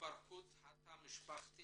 התפרקות התא המשפחתי